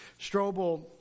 Strobel